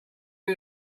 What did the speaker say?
end